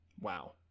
Wow